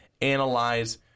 Analyze